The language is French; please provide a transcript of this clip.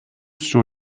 sur